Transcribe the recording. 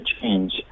change